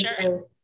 sure